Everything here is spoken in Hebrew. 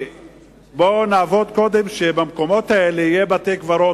בואו נעבוד קודם כדי שבמקומות האלה יהיו בתי-קברות,